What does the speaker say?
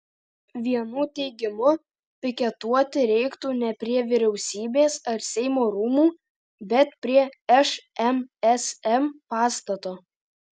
vienų teigimu piketuoti reiktų ne prie vyriausybės ar seimo rūmų bet prie šmsm pastato